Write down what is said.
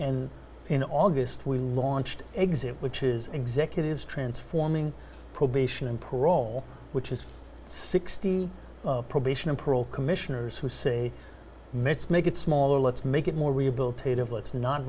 and in august we launched exit which is executives transforming probation and parole which is sixty probation and parole commissioners who say let's make it smaller let's make it more rehabilitative let's no